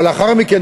אבל לאחר מכן,